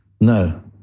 No